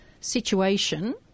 situation